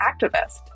activist